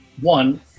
One